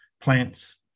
plants